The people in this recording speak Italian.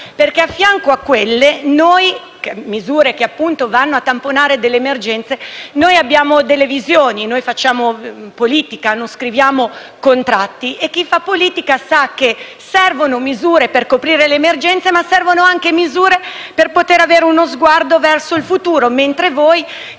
perché a fianco di quelle misure, che vanno a tamponare le emergenze, noi abbiamo visioni, facciamo politica e non scriviamo contratti e chi fa politica sa che servono misure per coprire le emergenze, ma servono anche misure per gettare uno sguardo verso il futuro, mentre voi,